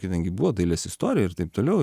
kadangi buvo dailės istorija ir taip toliau